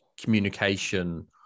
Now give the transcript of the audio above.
communication